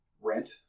rent